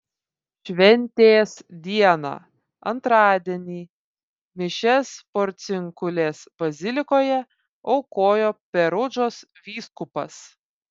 šventės dieną antradienį mišias porciunkulės bazilikoje aukojo perudžos vyskupas